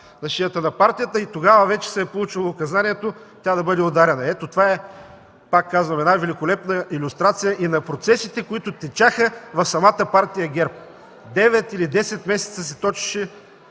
на шията на партията и тогава вече се е получило указанието да бъде ударена. Ето това, пак казвам, е великолепна илюстрация на процесите, които течаха в самата партия ГЕРБ. Девет или десет месеца се точеше